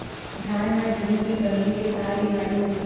धान म जिंक के कमी से का बीमारी होथे?